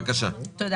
תודה.